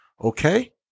okay